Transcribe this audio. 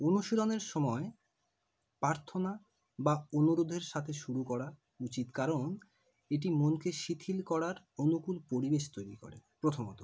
অনুশীলনের সময় প্রার্থনা বা অনুরোধের সাথে শুরু করা উচিত কারণ এটি মনকে শিথিল করার অনুকূল পরিবেশ তৈরি করে প্রথমত